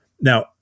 Now